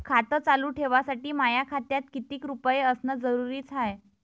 खातं चालू ठेवासाठी माया खात्यात कितीक रुपये असनं जरुरीच हाय?